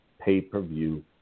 pay-per-view